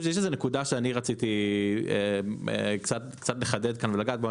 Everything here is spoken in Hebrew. יש נקודה שאני רציתי קצת לחדד כאן ולגעת בה.